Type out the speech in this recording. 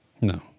no